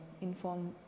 inform